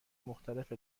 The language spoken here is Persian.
مختلف